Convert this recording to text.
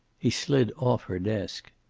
he slid off her desk.